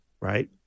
right